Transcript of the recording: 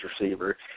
receiver